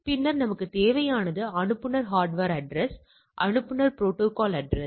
பின்னர் நமக்குத் தேவையானது அனுப்புநர் ஹார்ட்வர் அட்ரஸ் அனுப்புநர் ப்ரோடோகால் அட்ரஸ்